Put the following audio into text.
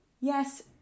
Yes